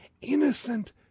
innocent